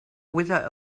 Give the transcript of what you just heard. wither